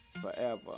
Forever